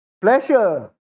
pleasure